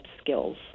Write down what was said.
skills